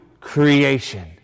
creation